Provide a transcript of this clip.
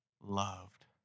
loved